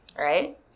Right